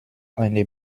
eine